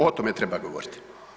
O tome treba govoriti.